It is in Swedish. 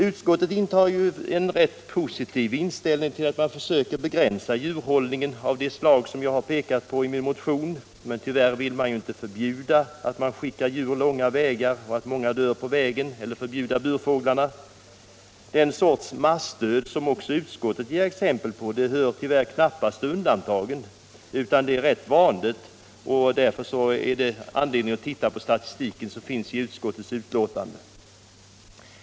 Utskottet har ju en positiv inställning till att man försöker begränsa djurhållning av det slag som jag har pekat på i min motion men vill tyvärr inte förbjuda denna och inte heller att man skickar djur långa sträckor, varvid många dör på vägen. Den sorts massdöd som också utskottet ger exempel på hör tyvärr knappast till undantagen utan är rätt vanlig. Därför finns det anledning att se på statistiken i utskottets betänkande.